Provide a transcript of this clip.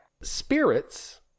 Spirits